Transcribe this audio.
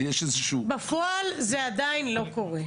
יש איזשהו --- בפועל זה עדיין לא קורה,